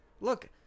Look